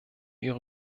ihre